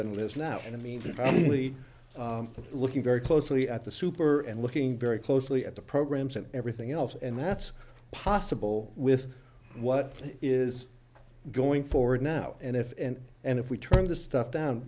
than lives now and i mean really looking very closely at the super and looking very closely at the programs and everything else and that's possible with what is going forward now and if and if we turn the stuff down